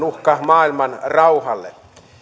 uhkan maailmanrauhalle